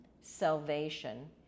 Salvation